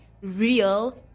real